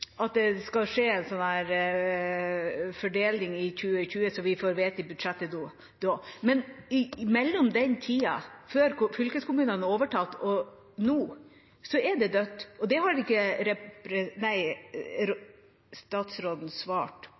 at det skal skje en fordeling i 2020, det får vi vite i budsjettet da. Men i tiden mellom fylkeskommunene får overtatt, og nå, ligger det dødt. Det har ikke statsråden svart